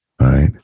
right